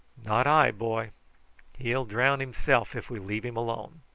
not i, boy he'll drown himself if we leave him alone.